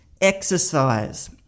Exercise